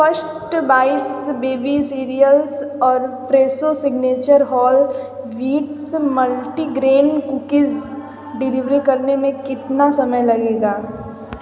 first bites baby cereals और Fresho signature whole wheats multigrain cookies delivery करने में कितना समय लगेगा